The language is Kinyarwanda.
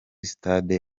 sitade